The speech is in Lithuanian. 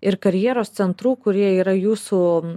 ir karjeros centrų kurie yra jūsų